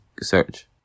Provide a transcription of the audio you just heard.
search